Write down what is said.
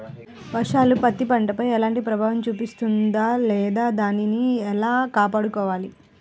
వర్షాలు పత్తి పంటపై ఎలాంటి ప్రభావం చూపిస్తుంద లేదా దానిని ఎలా కాపాడుకోవాలి?